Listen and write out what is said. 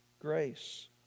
grace